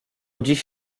dziś